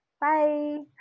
bye